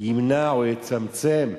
תמנע או תצמצם,